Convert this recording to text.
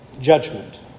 judgment